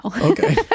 Okay